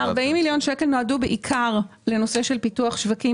40 מיליון שקל נועדו בעיקר לפיתוח שווקים